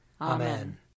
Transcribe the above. Amen